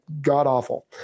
god-awful